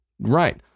Right